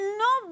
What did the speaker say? no